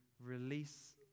release